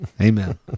Amen